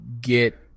get